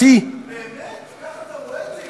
מחאתי, באמת, ככה אתה רואה את זה?